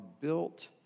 built